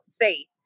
faith